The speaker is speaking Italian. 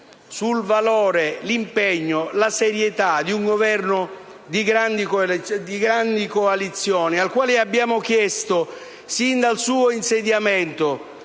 sul valore, l'impegno e la serietà di un Governo di grande coalizione al quale abbiamo chiesto, sin dal suo insediamento,